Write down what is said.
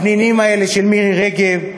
הפנינים האלה של מירי רגב,